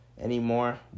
anymore